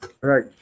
right